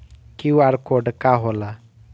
QR code का होला?